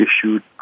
issued